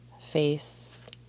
face